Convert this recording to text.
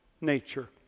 nature